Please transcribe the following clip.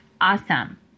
awesome